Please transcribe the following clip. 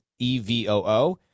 EVOO